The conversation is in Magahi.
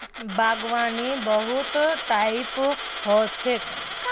बागवानीर बहुत टाइप ह छेक